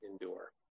endure